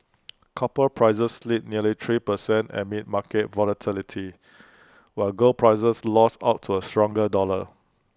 copper prices slid nearly three per cent amid market volatility while gold prices lost out to A stronger dollar